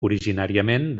originàriament